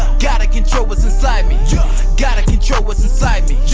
gotta control what's inside me gotta control what's inside me